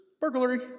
burglary